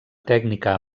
tècnica